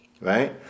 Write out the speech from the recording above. Right